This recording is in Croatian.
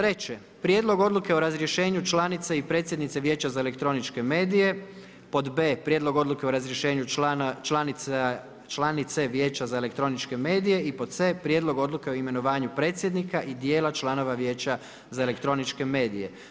3. a)Prijedlog odluke o razrješenju članice i predsjednice Vijeća za elektroničke medije b)Prijedlog odluke o razrješenju članice Vijeća za elektroničke medije c) Prijedlog odluke o imenovanju predsjednika i dijela članova Vijeća za elektroničke medije.